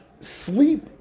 Sleep